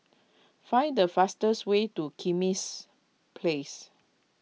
find the fastest way to Kismis Place